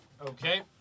Okay